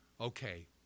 Okay